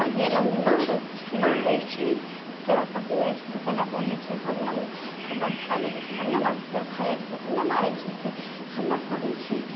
अहिए लागी मारैत मारै छी तोरा कथी होइ छौ तू कएले बोलै छी हम ने हमर खा गेलै तऽ हम ने मारबै तोहर खा जाइ छौ तऽ तू नहि मारै छिही से हमरा कहै छै